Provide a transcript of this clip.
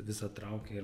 visą traukia ir